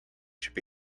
should